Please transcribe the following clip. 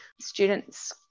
students